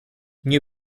nie